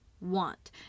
want